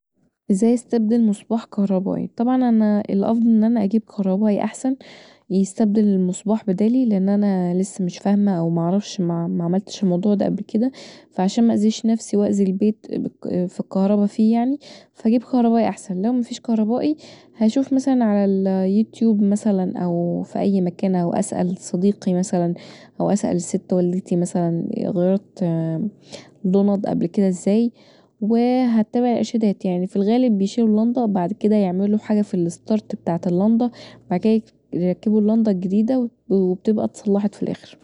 ازاي استبدل مصباح كهربائي طبعا انا الأفضل ان انا اجيب كهربائي احسن يستبدل المصباح بدالي لأن انا لسه مش فاهمه او معرفش معملتش الموضوع دا قبل كدا فعشان مأذيش نفسي وأذي البيت فالكهربا فيه يعني فأجيب كهربائي احسن، لو مفيش كهربائي هشوف مثلا علي يوتيوب مثلااو في اي مكان او اسأل صديقي مثلا او اسأل الست والدتي مثلا غيرت لنض قبل كدا ازاي وهتبع الارشادات يعني في الغالب بيشيلوا اللنضه وبعد كدا يعملوا حاجه في الستارت بتاعة اللنضه وبعد كدا يركبوا اللنضه الجديده وبتبقي اتصلحت في الاخر